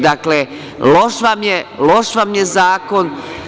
Dakle, loš vam je zakon.